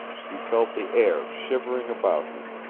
he felt the air shivering about him,